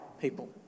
people